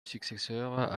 successeur